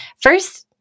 first